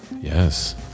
Yes